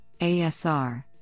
ASR